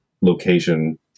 location